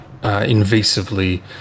invasively